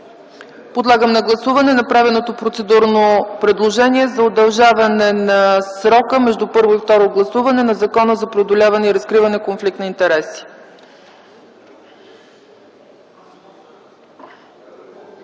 Подлагам на гласуване направеното процедурно предложение за удължаване на срока между първо и второ гласуване на Закона за преодоляване и разкриване конфликт на интереси.